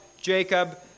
Jacob